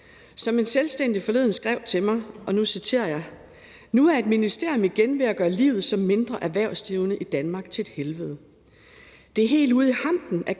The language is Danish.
Som en selvstændig forleden skrev til mig – og nu citerer jeg: